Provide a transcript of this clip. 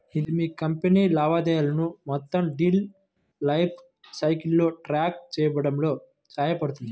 ఇది మీ కంపెనీ లావాదేవీలను మొత్తం డీల్ లైఫ్ సైకిల్లో ట్రాక్ చేయడంలో సహాయపడుతుంది